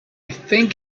think